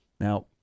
Now